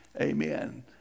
Amen